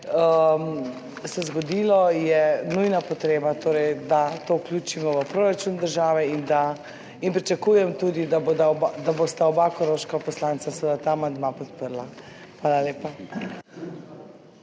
je zgodilo, je nujna potreba, da to vključimo v proračun države. Pričakujem tudi, da bosta oba koroška poslanca seveda ta amandma podprla. Hvala lepa.